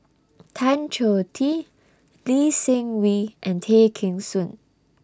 Tan Choh Tee Lee Seng Wee and Tay Kheng Soon